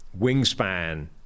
wingspan